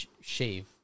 shave